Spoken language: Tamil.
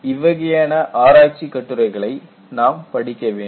இவ்வகையான ஆராய்ச்சி கட்டுரைகளை நாம் படிக்க வேண்டும்